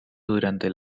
durante